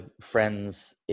friends